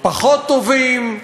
פחות טובים,